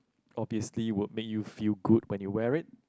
obviously will make you feel good when you wear it